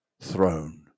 throne